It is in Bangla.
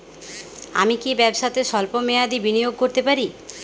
আমি কি ব্যবসাতে স্বল্প মেয়াদি বিনিয়োগ করতে পারি?